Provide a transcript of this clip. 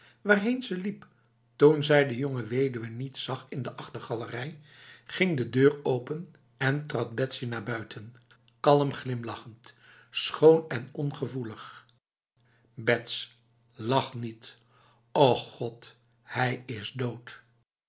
waarheen ze liep toen zij de jonge weduwe niet zag in de achtergalerij ging de deur open en trad betsy naar buiten kalm glimlachend schoon en ongevoelig bets lach niet och god hij is dood